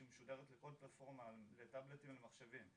שמשודרת לכל פלטפורמה לטאבלטים ומחשבים,